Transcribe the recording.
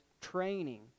training